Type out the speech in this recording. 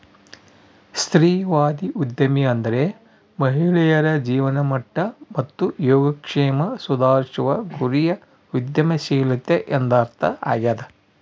ಸ್ತ್ರೀವಾದಿ ಉದ್ಯಮಿ ಅಂದ್ರೆ ಮಹಿಳೆಯರ ಜೀವನಮಟ್ಟ ಮತ್ತು ಯೋಗಕ್ಷೇಮ ಸುಧಾರಿಸುವ ಗುರಿಯ ಉದ್ಯಮಶೀಲತೆ ಎಂದರ್ಥ ಆಗ್ಯಾದ